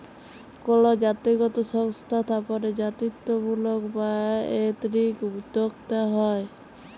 call জাতিগত সংস্থা স্থাপনে জাতিত্বমূলক বা এথনিক উদ্যক্তা হ্যয়